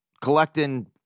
collecting